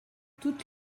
toute